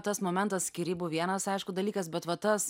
tas momentas skyrybų vienas aišku dalykas bet va tas